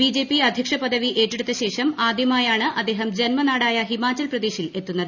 BJP അദ്ധ്യക്ഷ പദവി ഏറ്റെടുത്ത ശേഷം ആദ്യമായാണ് അദ്ദേഹം ജന്മനാടായ ഹിമാചൽപ്രദേശിൽ എത്തുന്നത്